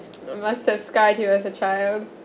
must have skype you as a child